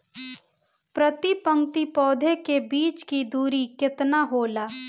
प्रति पंक्ति पौधे के बीच की दूरी केतना होला?